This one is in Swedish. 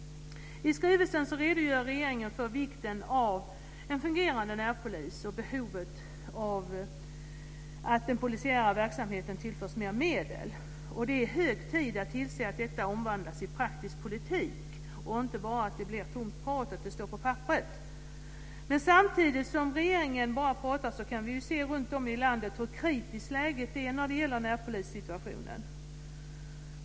I skrivelsen redogör regeringen för vikten av en fungerande närpolis och behovet av att den polisiära verksamheten tillförs mer medel. Det är hög tid att tillse att detta omvandlas i praktisk politik och inte bara att det blir tomt prat och att det står på papperet. Samtidigt som regeringen bara pratar kan vi se hur kritiskt läget är runtom i landet när det gäller närpolissituationen.